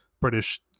British